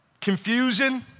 confusion